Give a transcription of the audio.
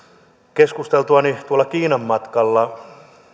keskusteltuani tuolla kiinan matkalla